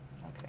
Okay